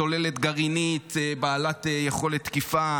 צוללת גרעינית בעלת יכולת תקיפה,